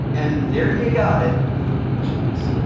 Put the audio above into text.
and there you got it cheese,